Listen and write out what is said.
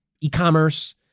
e-commerce